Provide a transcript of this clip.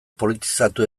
politizatu